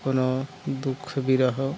কোনো দুঃখ বিরহ